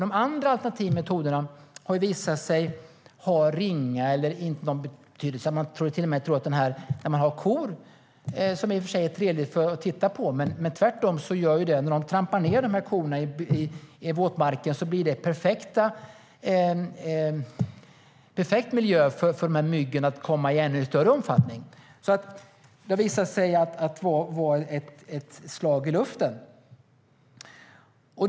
De alternativa metoderna har ju visat sig ha ringa eller ingen betydelse. Kor är i och för sig trevliga att titta på, men när de trampar i våtmarkerna blir det en perfekt miljö för myggen, så att de kan komma i en ännu större omfattning. Detta har visat sig vara ett slag i luften.